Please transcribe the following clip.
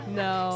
no